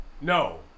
No